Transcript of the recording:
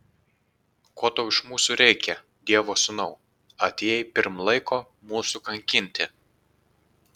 ko tau iš mūsų reikia dievo sūnau atėjai pirm laiko mūsų kankinti